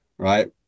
Right